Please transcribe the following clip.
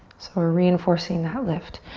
so we're reinforcing that lift.